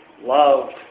loved